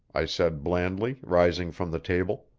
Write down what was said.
i said blandly, rising from the table.